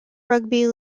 rugby